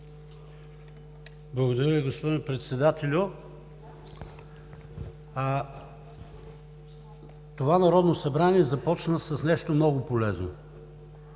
Благодаря Ви, господин Председателю. Това Народно събрание започна с нещо много полезно.